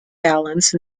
balance